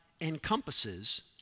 encompasses